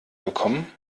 bekommen